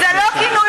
תודה, אדוני